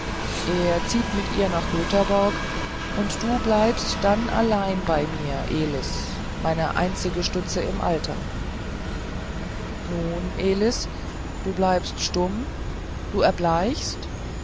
er zieht mit ihr nach göthaborg und du bleibst dann allein bei mir elis meine einzige stütze im alter nun elis du bleibst stumm du erbleichst